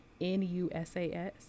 N-U-S-A-S